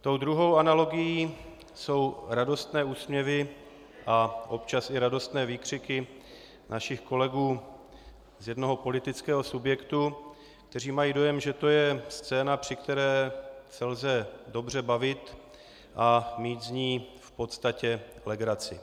Tou druhou analogií jsou radostné úsměvy a občas i radostné výkřiky našich kolegů z jednoho politického subjektu, kteří mají dojem, že to je scéna, při které se lze dobře bavit a mít z ní v podstatě legraci.